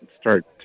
start